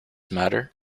matter